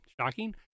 Shocking